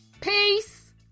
Peace